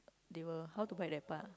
they will how to bite that part